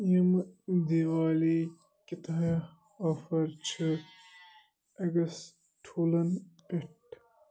ییٚمہِ دیوالی کِتھ ہَیا آفَر چھِ اٮ۪گٕس ٹھوٗلن پٮ۪ٹھ